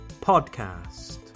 podcast